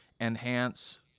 enhance